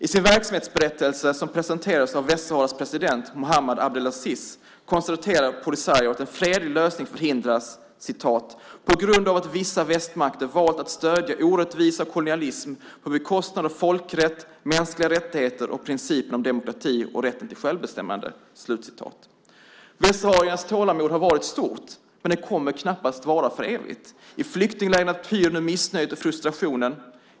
I sin verksamhetsberättelse, som presenterades av Västsaharas president Muhammad Abdelaziz, konstaterade Polisario att en fredlig lösning förhindrats "på grund av att vissa västmakter valt att stödja orättvisa och kolonialism på bekostnad av folkrätt, mänskliga rättigheter och principen om demokrati och rätten till självbestämmande". Västsahariernas tålamod har varit stort, men det kommer knappast att vara för evigt. I flyktinglägren pyr nu missnöjet och frustrationen.